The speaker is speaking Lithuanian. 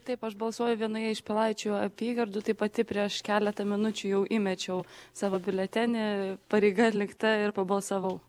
taip aš balsuoju vienoje iš pilaičių apygardų tai pati prieš keletą minučių jau įmečiau savo biuletenį pareiga atlikta ir pabalsavau